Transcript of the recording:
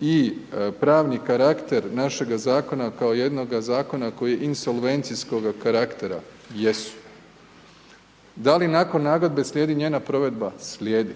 i pravni karakter našega zakona kao jednoga zakona, koji je insolvencijskoga karaktera, jesu. Da li nakon nagodbe slijedi njena provedba, slijedi.